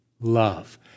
love